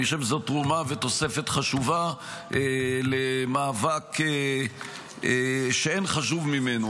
אני חושב שזו תרומה ותוספת חשובה למאבק שאין חשוב ממנו,